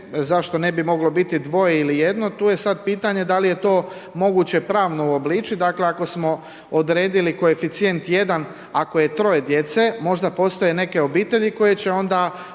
zašto ne bi moglo biti dvoje ili jedno, tu je sada pitanje, da li je to moguće pravno uobličiti dakle, ako smo odredili koeficijent 1 ako je 3 djece, možda postoje neke obitelji koji će onda